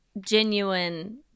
genuine